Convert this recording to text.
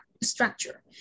structure